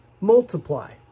Multiply